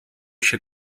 się